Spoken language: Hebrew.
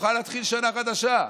נוכל להתחיל שנה חדשה.